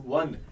one